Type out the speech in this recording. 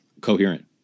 coherent